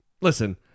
Listen